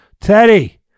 Teddy